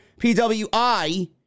PWI